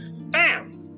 Bam